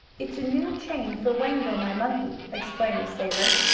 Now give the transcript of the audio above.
it's a new chain for wango, my monkey, explained the sailor.